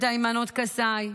את היימנוט קסאו,